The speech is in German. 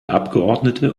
abgeordnete